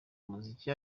umuziki